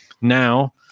now